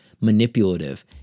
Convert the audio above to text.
manipulative